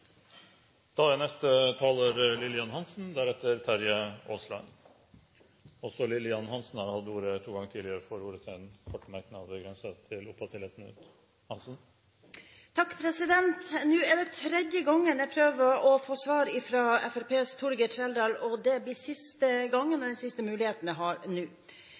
Lillian Hansen har hatt ordet to ganger tidligere og får ordet til en kort merknad, begrenset til 1 minutt. Nå er det tredje gangen jeg prøver å få svar fra Fremskrittspartiets Torgeir Trældal, og det blir siste gangen og den siste muligheten jeg har nå.